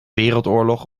wereldoorlog